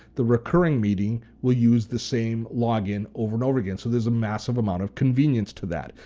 the recurring meeting will use the same login over and over again, so there's a massive amount of convenience to that.